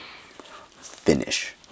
finish